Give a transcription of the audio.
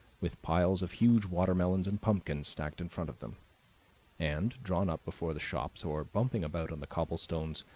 with piles of huge watermelons and pumpkins stacked in front of them and, drawn up before the shops, or bumping about on the cobblestones,